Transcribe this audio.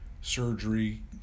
surgery